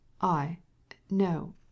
I—no